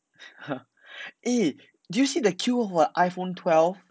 eh did you see the queue for iphone twelve